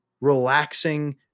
relaxing